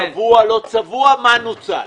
צבוע או לא צבוע ומה נוצל.